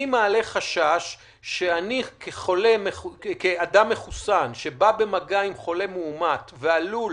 אני מעלה חשש שאני כאדם מחוסן שבא במגע עם חולה מאומת ועלול